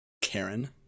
Karen